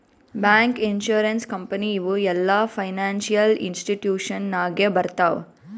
bank, insurance company ಇವು ಎಲ್ಲಾ financial institution ನಾಗೆ ಬರ್ತಾವ್